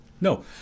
no